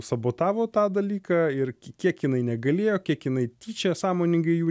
sabotavo tą dalyką ir k kiek jinai negalėjo kiek jinai tyčia sąmoningai jų